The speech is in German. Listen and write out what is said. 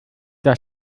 der